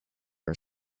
are